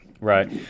Right